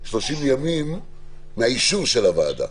מאישור הוועדה.